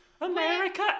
America